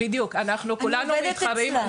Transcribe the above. אני עובדת אצלה.